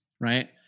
right